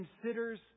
considers